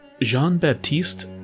Jean-Baptiste